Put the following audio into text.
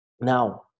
now